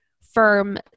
firm